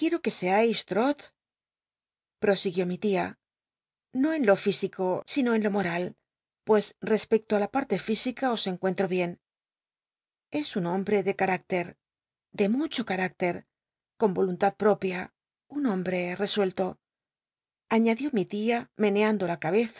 david copperfield mi tia no en lo físico sino en lo moral pues respecto á la parte física os encuentro bien es un hombre de canicter de mucho carácter con yo untad popia un hombre resuelto añádió mi tia meneando la cabeza